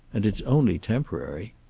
and it's only temporary.